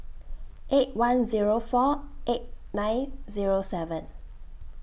eight one Zero four eight nine Zero seven